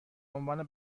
عنوان